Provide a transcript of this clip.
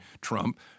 Trump